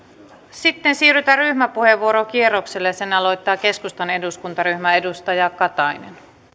sitten siirrytään ryhmäpuheenvuorokierrokselle ja sen aloittaa keskustan eduskuntaryhmä edustaja katainen